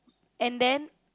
and then